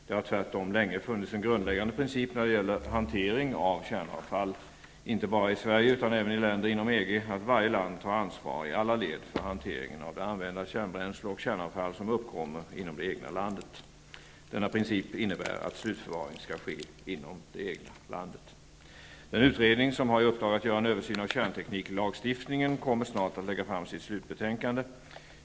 Det har tvärtom länge funnits en grundläggande princip när det gäller hantering av kärnavfall, inte bara i Sverige utan även i länder inom EG, att varje land tar ansvar i alla led för hanteringen av det använda kärnbränsle och kärnavfall som uppkommer inom det egna landet. Denna princip innebär att slutförvaring skall ske inom det egna landet. Den utredning som har i uppdrag att göra en översyn av kärntekniklagstiftningen kommer snart att lägga fram sitt slutbetänkande.